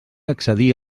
accedir